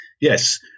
Yes